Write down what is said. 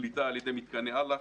קליטה על ידי מתקני אל"ח,